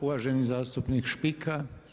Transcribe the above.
Uvaženi zastupnik Špika.